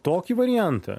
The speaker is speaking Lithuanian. tokį variantą